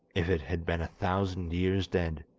if it had been a thousand years dead